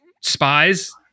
spies